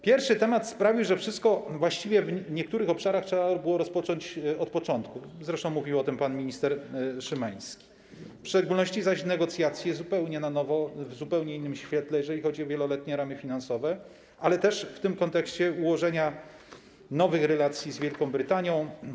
Pierwszy temat sprawił, że wszystko właściwie w niektórych obszarach trzeba było rozpocząć od początku, zresztą mówił o tym pan minister Szymański, w szczególności zaś negocjacje zupełnie na nowo, w zupełnie innym świetle, jeżeli chodzi o wieloletnie ramy finansowe, ale też w kontekście ułożenia nowych relacji z Wielką Brytanią.